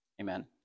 amen